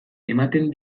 ematen